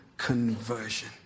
conversion